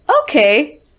okay